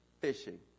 Fishing